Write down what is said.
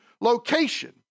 location